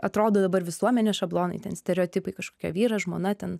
atrodo dabar visuomenės šablonai ten stereotipai kažkokio vyro žmona ten